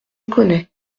connais